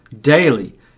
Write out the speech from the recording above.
daily